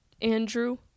Andrew